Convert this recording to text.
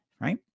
right